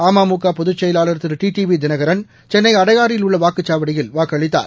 அம்முக பொதுச்செயலாளர் திரு T T V Dhinakaran Chennai அடையாறில் உள்ள வாக்குச்சவடியில் வாக்களித்தார்